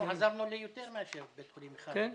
אם כן, עזרנו ליותר מאשר בית חולים אחד.